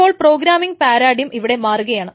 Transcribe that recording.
ഇപ്പോൾ programming paradigm ഇവിടെ മാറുകയാണ്